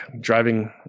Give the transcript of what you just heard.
driving